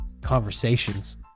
conversations